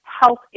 health